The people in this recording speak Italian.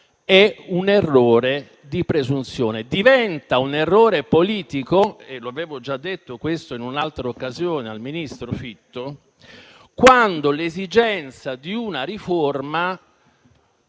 è un errore di presunzione. Diventa un errore politico - come avevo già detto in un'altra occasione al ministro Fitto - quando l'esigenza di una riforma